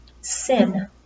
Sin